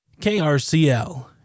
KRCL